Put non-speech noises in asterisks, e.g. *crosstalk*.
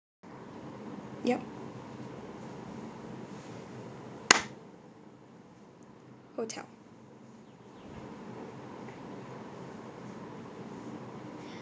yup *noise* hotel